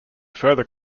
further